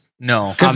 No